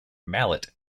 mallet